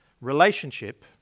relationship